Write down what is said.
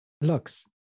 looks